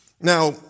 Now